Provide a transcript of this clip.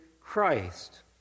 Christ